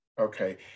Okay